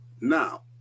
Now